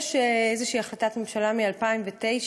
יש איזו החלטת ממשלה מ-2009,